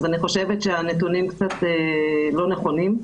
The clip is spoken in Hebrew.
אז אני חושבת שהנתונים קצת לא נכונים.